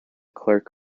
clerk